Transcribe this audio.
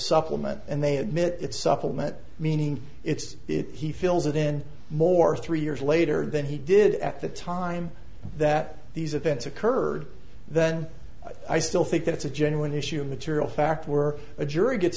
supplement and they admit it supplement meaning it's it he fills it in more three years later than he did at the time that these events occurred then i still think that it's a genuine issue material fact were a jury gets